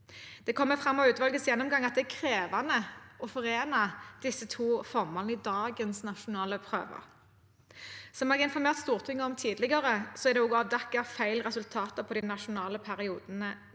Det kommer fram av utvalgets gjennomgang at det er krevende å forene disse to formålene i dagens nasjonale prøver. Som jeg har informert Stortinget om tidligere, er det også avdekket feil i de nasjonale prøvene